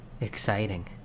exciting